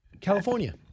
California